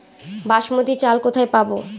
বাসমতী চাল কোথায় পাবো?